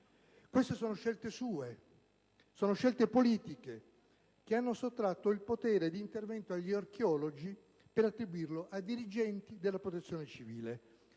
Queste sono scelte sue, sono scelte politiche, che hanno sottratto il potere d'intervento agli archeologi, per attribuirlo a dirigenti della Protezione civile.